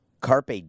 Carpe